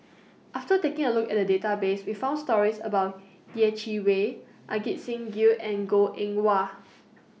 after taking A Look At The Database We found stories about Yeh Chi Wei Ajit Singh Gill and Goh Eng Wah